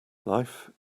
life